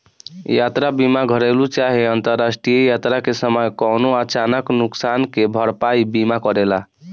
यात्रा बीमा घरेलु चाहे अंतरराष्ट्रीय यात्रा के समय कवनो अचानक नुकसान के भरपाई बीमा करेला